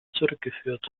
zurückgeführt